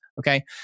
Okay